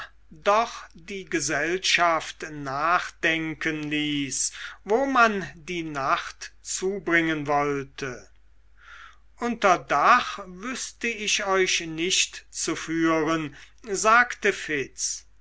doch die gesellschaft nachdenken ließ wo man die nacht zubringen wollte unter dach wüßte ich euch nicht zu führen sagte